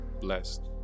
blessed